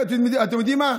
ואתם יודעים מה,